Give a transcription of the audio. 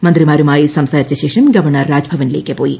മന്ത്രിമാരുമായി സംസാരിച്ച ശേഷം ഗവർണ്ണർ രാജ്ഭവനിലേക്ക് പ്പോയി